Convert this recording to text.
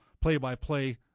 play-by-play